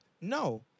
no